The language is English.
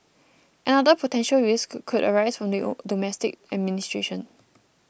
another potential risk could arise from the domestic administration